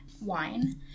wine